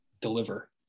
deliver